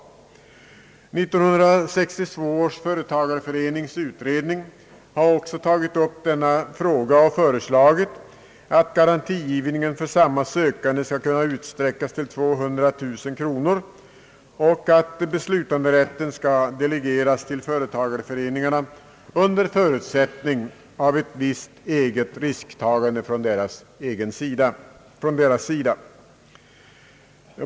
1962 års företagareföreningsutredning har också tagit upp denna fråga och föreslagit, att garanti givningen för samma sökande skall kunna utsträckas till 200000 kronor och att beslutanderätten skall delegeras till företagareföreningarna under förutsättning av ett visst eget risktagande från deras sida.